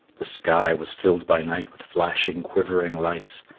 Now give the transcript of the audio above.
the sky was filled by night with flashing quivering lights,